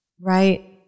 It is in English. Right